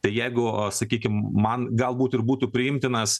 tai jeigu sakykim man galbūt ir būtų priimtinas